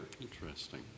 Interesting